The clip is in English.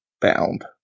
bound